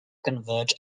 converge